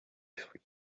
fruits